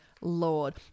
Lord